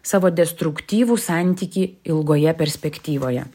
savo destruktyvų santykį ilgoje perspektyvoje